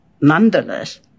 nonetheless